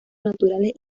naturales